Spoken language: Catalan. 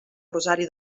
rosari